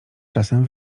czasem